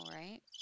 right